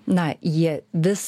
na jie vis